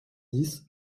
dix